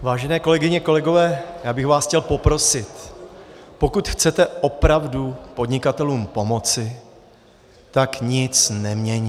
Vážené kolegyně, kolegové, já bych vás chtěl poprosit, pokud chcete opravdu podnikatelům pomoci, tak nic neměňte!